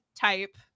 Type